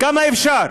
כמה אפשר?